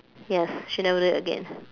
yes she never do it again